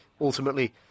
ultimately